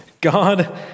God